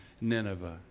Nineveh